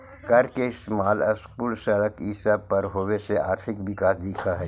कर के इस्तेमाल स्कूल, सड़क ई सब पर होबे से आर्थिक विकास दिख हई